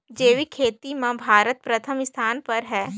जैविक खेती म भारत प्रथम स्थान पर हे